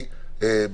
טכנולוגית.